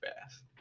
fast